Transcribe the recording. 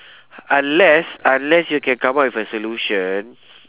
unless unless you can come out with a solution